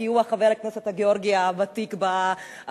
כי הוא חבר הכנסת הגאורגי הוותיק כאן,